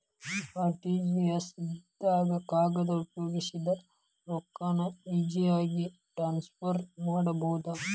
RTGS ದಾಗ ಕಾಗದ ಉಪಯೋಗಿಸದೆ ರೊಕ್ಕಾನ ಈಜಿಯಾಗಿ ಟ್ರಾನ್ಸ್ಫರ್ ಮಾಡಬೋದು